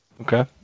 Okay